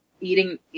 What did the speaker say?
eating